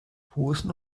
posen